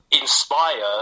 inspire